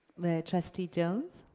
trustee jones?